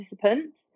participants